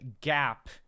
gap